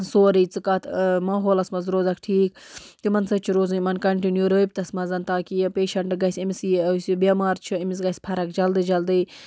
سورُے ژٕ کَتھ ماحولَس مَنز روزَک ٹھیٖک تِمَن سۭتۍ چھُ روزُن یِمَن کَنٹِنیو رٲبِطس مَنَز تاکہِ یہِ پیٚشَنٹ گَژھِ أمِس یہِ یُس یہِ بٮ۪مار چھُ أمِس گَژھہِ فَرق جلدٕے جلدٕے